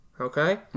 okay